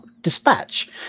dispatch